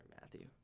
Matthew